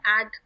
add